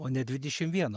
o ne dvidešim vienu